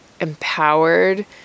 empowered